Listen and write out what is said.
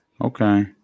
Okay